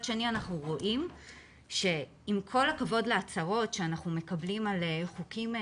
שני אנחנו רואים שעם כל להצהרות שאנחנו מקבלים לגבי חוקים,